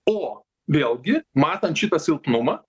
o vėlgi matant šitą silpnumą